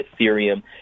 Ethereum